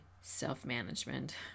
self-management